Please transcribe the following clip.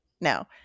No